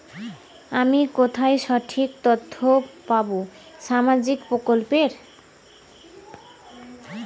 আমি কোথায় সঠিক তথ্য পাবো সামাজিক প্রকল্পের?